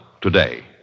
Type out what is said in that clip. today